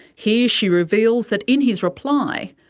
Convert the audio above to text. here she reveals that in his reply,